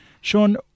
Sean